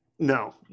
No